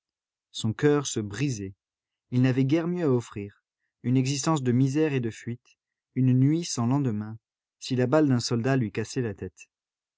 son coeur se brisait il n'avait guère mieux à offrir une existence de misère et de fuite une nuit sans lendemain si la balle d'un soldat lui cassait la tête